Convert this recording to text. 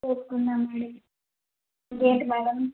చూస్తున్నాం అండి ఇంకా ఏంటి మేడం